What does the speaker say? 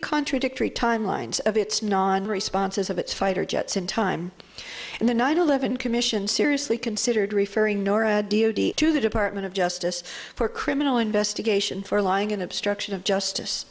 contradictory timelines of its non responses of its fighter jets in time and the nine eleven commission seriously considered referring to the department of justice for criminal investigation for lying and obstruction of justice